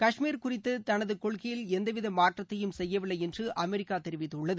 கஷ்மீர் குறித்த தனது கொள்கையில் எந்தவித மாற்றத்தையும் கெய்யவில்லை என்று அமெரிக்கா தெரிவித்துள்ளது